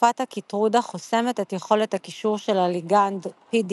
תרופת הקיטרודה חוסמת את יכולת הקישור של הליגנד PDL-1,